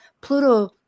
Pluto